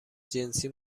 جنسی